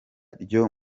ryo